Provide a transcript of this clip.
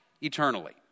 eternally